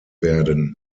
werden